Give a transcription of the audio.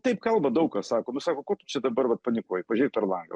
taip kalba daug kas sako nu sako ko tu čia dabar vat panikuoji pažiūrėk per langą